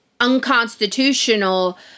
unconstitutional